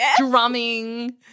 drumming